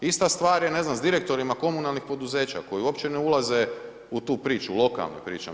Ista stvar je, ne znam, s direktorima komunalnih poduzeća koji uopće ne ulaze u tu priču, lokalne pričam.